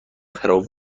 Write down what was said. پرو